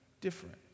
different